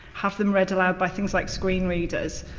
have them read aloud by things like screen readers.